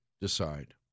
decide